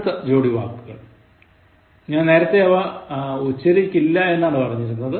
അടുത്ത ജോഡി വാക്കുകൾ ഞാൻ നേരത്തെ ഇവ ഉച്ചരിക്കില്ല എന്നാണ് പറഞ്ഞിരുന്നത്